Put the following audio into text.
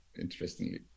interestingly